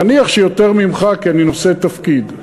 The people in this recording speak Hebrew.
נניח שיותר ממך, כי אני נושא תפקיד.